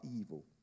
evil